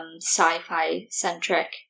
sci-fi-centric